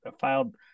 filed